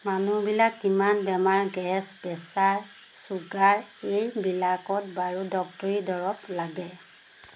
মানুহবিলাক কিমান বেমাৰ গেছ প্ৰেছাৰ চুগাৰ এইবিলাকত বাৰু ডক্তৰীৰ দৰৱ লাগে